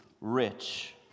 rich